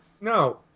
no